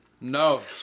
No